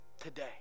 Today